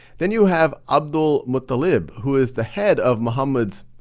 then, you have abdul-muttalib who is the head of muhammad's,